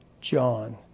John